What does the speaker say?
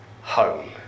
home